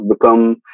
become